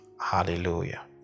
Hallelujah